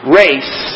race